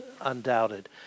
undoubted